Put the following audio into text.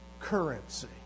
currency